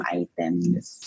items